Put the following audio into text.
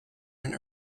and